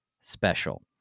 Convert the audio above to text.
special